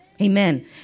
Amen